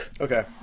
okay